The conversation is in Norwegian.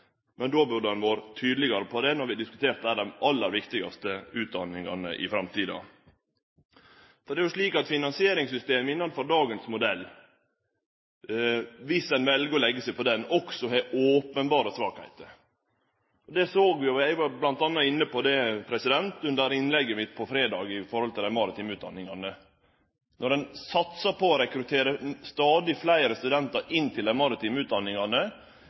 då vi diskuterte ein av dei aller viktigaste utdanningane i framtida. Så er det slik at finansieringssystemet innanfor dagens modell – viss ein vel å legge seg på denne – også har openberre svakheiter. Eg var bl.a. inne på det under innlegget mitt på fredag om dei maritime utdanningane. Når ein satsar på å rekruttere stadig fleire studentar inn til dei maritime utdanningane,